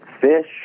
fish